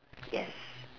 yes